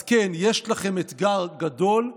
אז כן, יש לכם אתגר גדול.